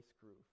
groove